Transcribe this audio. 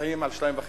חיים על 2.5%